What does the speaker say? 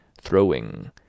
throwing